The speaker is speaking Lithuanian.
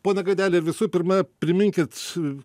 pone gaideli visų pirma priminkit